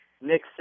Nick